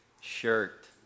shirt